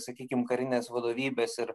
sakykim karinės vadovybės ir